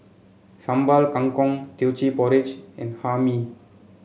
Sambal Kangkong Teochew Porridge and Hae Mee